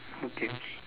okay okay